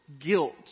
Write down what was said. guilt